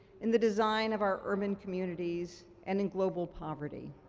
in the design of our urban communities, and in global poverty.